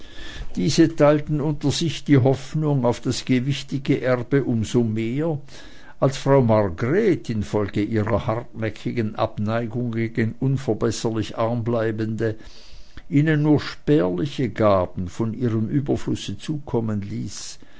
diese teilten unter sich die hoffnung auf das gewichtige erbe um so mehr als frau margret zufolge ihrer hartnäckigen abneigung gegen unverbesserlich arm bleibende ihnen nur spärliche gaben von ihrem überflusse zukommen ließ